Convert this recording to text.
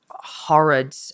horrid